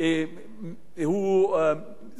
סיכול ממוקד,